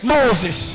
Moses